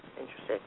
interesting